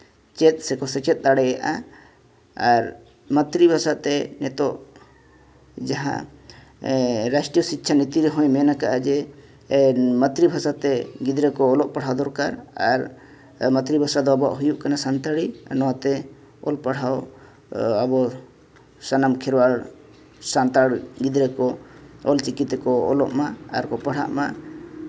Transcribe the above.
ᱪᱮᱫ ᱥᱮᱠᱚ ᱥᱮᱪᱮᱫ ᱫᱟᱲᱮᱭᱟᱜᱼᱟ ᱟᱨ ᱢᱟᱛᱨᱤ ᱵᱷᱟᱥᱟ ᱛᱮ ᱱᱤᱛᱚᱜ ᱡᱟᱦᱟᱸ ᱨᱟᱥᱴᱨᱤᱭᱚ ᱥᱤᱪᱪᱷᱟ ᱱᱤᱛᱤ ᱨᱮᱦᱚᱸᱭ ᱢᱮᱱ ᱟᱠᱟᱫᱼᱟ ᱡᱮ ᱢᱟᱛᱨᱤ ᱵᱷᱟᱥᱟ ᱛᱮ ᱜᱤᱫᱽᱨᱟᱹ ᱠᱚ ᱚᱞᱚᱜ ᱯᱟᱲᱦᱟᱣ ᱫᱚᱨᱠᱟᱨ ᱟᱨ ᱢᱟᱛᱨᱤ ᱵᱷᱟᱥᱟ ᱫᱚ ᱟᱵᱚᱣᱟᱜ ᱦᱩᱭᱩᱜ ᱠᱟᱱᱟ ᱟᱵᱚᱣᱟᱜ ᱥᱟᱱᱛᱟᱲᱤ ᱟᱨ ᱱᱚᱣᱟᱛᱮ ᱚᱞ ᱯᱟᱲᱦᱟᱣ ᱟᱵᱚ ᱥᱟᱱᱟᱢ ᱠᱷᱮᱨᱣᱟᱞ ᱥᱟᱱᱛᱟᱲ ᱜᱤᱫᱽᱨᱟᱹ ᱠᱚ ᱚᱞᱪᱤᱠᱤ ᱛᱮᱠᱚ ᱚᱞᱚᱜ ᱢᱟ ᱟᱨᱠᱚ ᱯᱟᱲᱦᱟᱜ ᱢᱟ